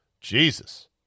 Jesus